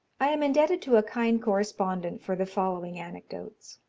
i am indebted to a kind correspondent for the following anecdotes